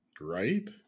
Right